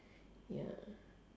ya